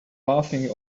laughing